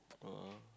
ah